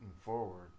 forward